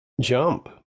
Jump